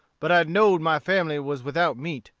but i know'd my family was without meat,